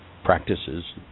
Practices